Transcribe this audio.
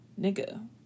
nigga